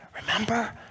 remember